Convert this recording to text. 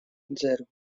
zero